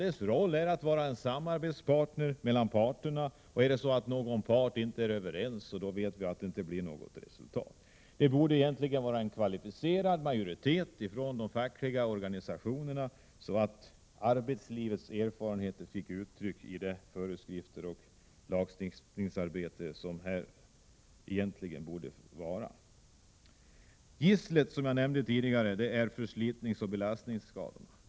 Dess roll är att fungera som en samarbetslänk mellan parterna, och om parterna inte blir överens blir det inget resultat. Det vet vi. Det skulle egentligen vara en kvalificerad majoritet från de fackliga organisationerna, så att erfarenheterna från arbetslivet kunde komma till uttryck i de föreskrifter och det lagstiftningsarbete som borde komma till stånd. Som jag nämnde är det stora gisslet förslitningsoch belastningsskador.